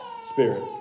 Spirit